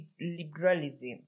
liberalism